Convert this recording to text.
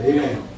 Amen